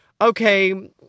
okay